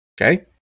Okay